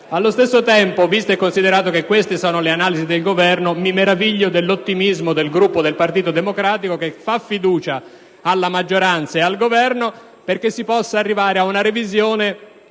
Allo stesso tempo, visto e considerato che queste sono le analisi del Governo, mi meraviglio dell'ottimismo del Gruppo del Partito Democratico, che dà fiducia alla maggioranza e al Governo perché si possa arrivare ad una revisione